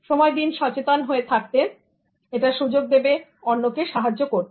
সময় দিন সচেতন হয়ে থাকতে এটা সুযোগ দেবে অন্যকে সাহায্য করতে